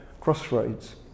crossroads